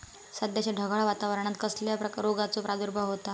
सध्याच्या ढगाळ वातावरणान कसल्या रोगाचो प्रादुर्भाव होता?